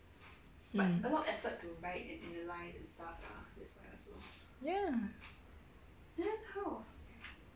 ya